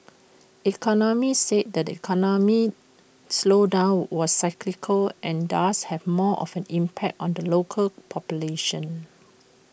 economists said the economic slowdown was cyclical and thus had more of an impact on the local population